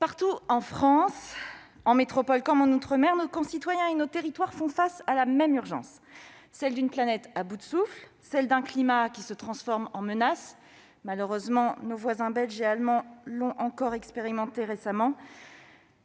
partout en France, en métropole comme en outre-mer, nos concitoyens et nos territoires font face à la même urgence, celle d'une planète à bout de souffle, d'un climat qui se transforme en menace- malheureusement, nos voisins belges et allemands l'ont encore expérimenté récemment